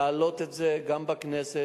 להעלות את זה גם בכנסת,